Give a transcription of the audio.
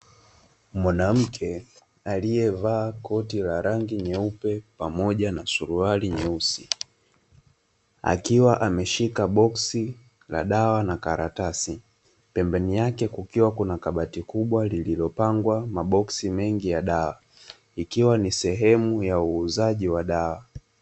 Mwanamke aliyevaa koti la rangi nyeupe pamoja na suruali nyeusi, akiwa ameshika boksi la dawa na karatasi, pembeni yake kukiwa kuna kabati kubwa lililopangwa maboksi mengi ya dawa, ikiwa ni sehemu ya uuzaji wa dawa.